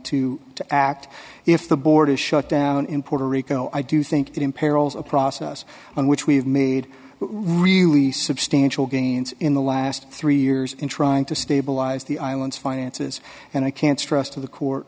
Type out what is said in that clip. to act if the board is shut down in puerto rico i do think it imperils a process in which we have made really substantial gains in the last three years in trying to stabilize the island's finances and i can't stress to the court